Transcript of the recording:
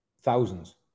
thousands